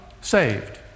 saved